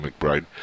McBride